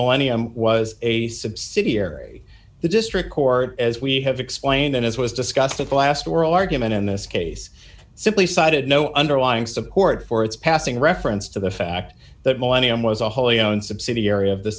millennium was a subsidiary the district court as we have explained and as was discussed with last world argument in this case simply cited no underlying support for its passing reference to the fact that millennium was a wholly owned subsidiary of the